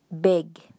big